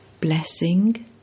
Blessing